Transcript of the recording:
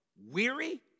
weary